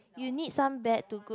you need some bad to good